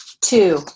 Two